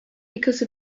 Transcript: because